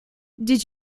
did